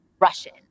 Russian